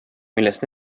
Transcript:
milles